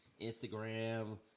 Instagram